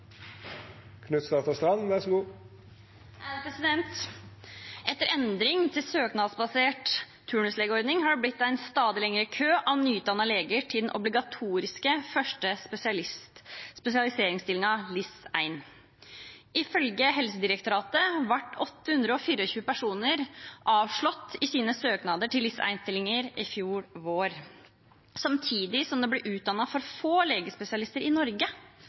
Etter endring til søknadsbasert turnuslegeordning har det blitt en stadig lengre kø av nyutdannede leger til den obligatoriske første spesialiseringsstillingen, LIS1. Ifølge Helsedirektoratet fikk 824 personer avslag på sine søknader til LIS1-stillinger i fjor vår, samtidig som det blir utdannet for få legespesialister i Norge.